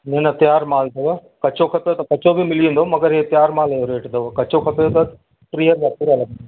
न न तयारु माल अथव कचो खपे त कचो बि मिली वेंदव हीउ तयारु माल जो रेट अथव कचो खपे त टीह रुपया पूरा लॻंदव